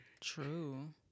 True